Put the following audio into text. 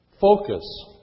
focus